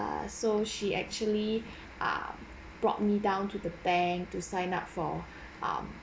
err so she actually um brought me down to the bank to sign up for um